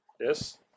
yes